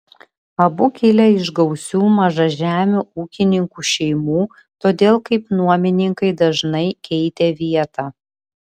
abu kilę iš gausių mažažemių ūkininkų šeimų todėl kaip nuomininkai dažnai keitė vietą